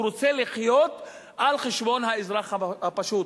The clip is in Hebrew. הוא רוצה לחיות על חשבון האזרח הפשוט.